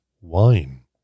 wine